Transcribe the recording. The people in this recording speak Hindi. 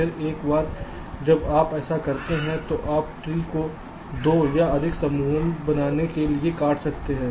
फिर एक बार जब आप ऐसा करते हैं तो आप ट्री को 2 या अधिक समूहों को बनाने के लिए काट सकते हैं